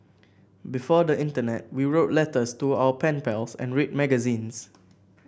before the internet we wrote letters to our pen pals and read magazines